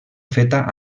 feta